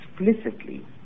explicitly